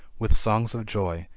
with songs of joy,